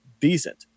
decent